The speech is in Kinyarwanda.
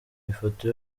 ifoto